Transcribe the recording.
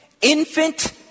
infant